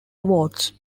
awards